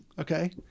Okay